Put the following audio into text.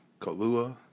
Kahlua